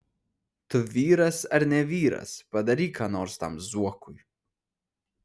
tu vyras ar ne vyras padaryk ką nors tam zuokui